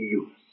use